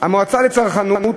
המועצה לצרכנות